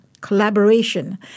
collaboration